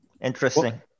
Interesting